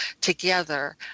together